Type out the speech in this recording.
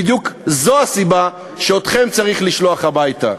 בדיוק זאת הסיבה שאתכם צריך לשלוח הביתה.